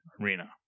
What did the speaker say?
Arena